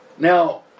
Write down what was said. now